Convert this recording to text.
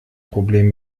problem